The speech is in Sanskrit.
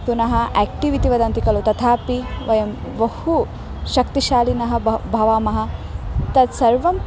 पुनः एक्टिव् इति वदन्ति खलु तथापि वयं बहु शक्तिशालिनः भ भवामः तत्सर्वम्